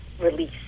release